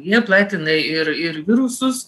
neplatina ir ir virusus